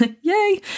Yay